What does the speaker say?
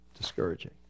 discouraging